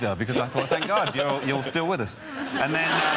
yeah because i know you're still with us and